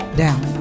down